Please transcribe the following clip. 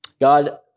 God